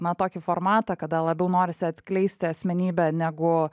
na tokį formatą kada labiau norisi atkleisti asmenybę negu